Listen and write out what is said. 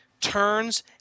turns